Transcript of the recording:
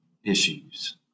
Issues